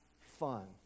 fun